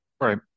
Right